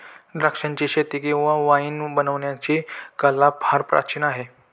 द्राक्षाचीशेती किंवा वाईन बनवण्याची कला फार प्राचीन आहे